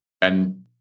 And-